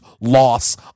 loss